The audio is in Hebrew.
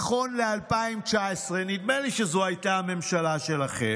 נכון ל-2019, נדמה לי שזו הייתה הממשלה שלכם,